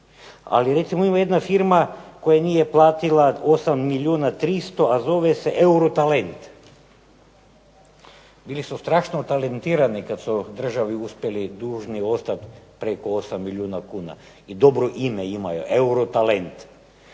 ali recimo ima jedna firma koja nije platila 8 milijuna 300, a zove se "Europalent". Oni su strašno talentirani kad su državi uspjeli dužni ostati preko 8 milijuna kuna i dobro ime imaju, "Europalent".